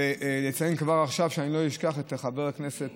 ואציין כבר עכשיו, כדי שלא אשכח את חבר הכנסת